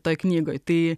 toje knygoje tai